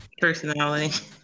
personality